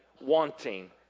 wanting